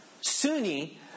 Sunni